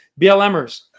BLMers